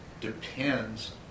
depends